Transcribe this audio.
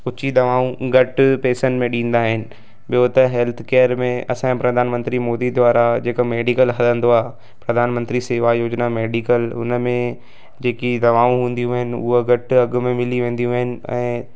उची दवाऊं घटि पैसनि में ॾींदा आहिनि ॿियों त हैल्थ केयर में असांजा प्रधानमंत्री मोदी द्वारा जेका मेडिकल हलंदो आहे प्रधानमंत्री सेवा योजिना में मेडिकल हुन में जेकी दवाऊं हूंदियूं आहिनि उहा घटि अघु में मिली वेंदियूं आहिनि ऐं